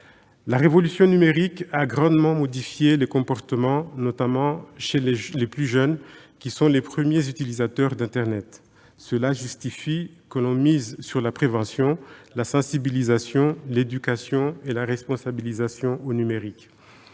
La révolution numérique a grandement modifié les comportements, notamment chez les plus jeunes, qui sont les premiers utilisateurs d'internet. Ce fait justifie que l'on mise sur la prévention, la sensibilisation, l'éducation et la responsabilisation au numérique.